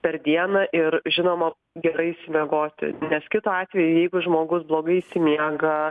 per dieną ir žinoma gerai išsimiegoti nes kitu atveju jeigu žmogus blogai išsimiega